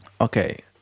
okay